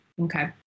okay